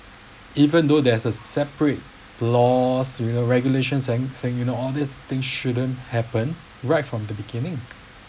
even though there's a separate laws you know regulations saying saying you know all these thing shouldn't happen right from the beginning